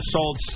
Sold